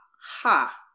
ha